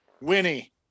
Winnie